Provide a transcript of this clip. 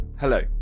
Hello